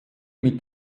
mit